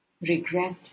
regret